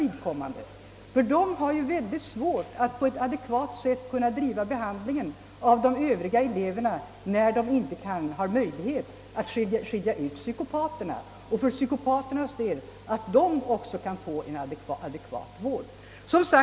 Ungdomsvårdsskolorna har ju mycket svårt att på ett adekvat sätt driva behandlingen av de övriga eleverna, när det inte finns möjlighet att skilja ut psykopaterna. Och för psykopaternas egen del är det naturligtvis viktigt att adekvat vård kan lämnas.